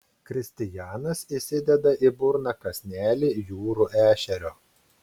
kristijanas įsideda į burną kąsnelį jūrų ešerio